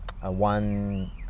one